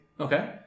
Okay